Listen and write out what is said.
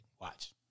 Watch